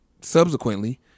subsequently